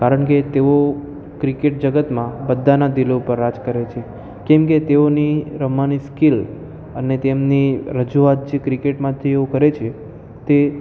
કારણ કે તેઓ ક્રિકેટ જગતમાં બધાના દિલો ઉપર રાજ કરે છે કેમકે તેઓની રમવાની સ્કિલ અને તેમની રજૂઆત જે ક્રિકેટમાં તેઓ કરે છે તે